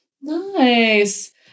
Nice